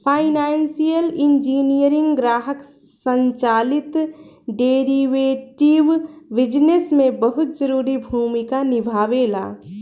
financial engineering ग्राहक संचालित derivative business में बहुत जरूरी भूमिका निभावेला